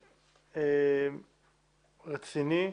רציני.